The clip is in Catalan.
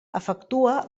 efectua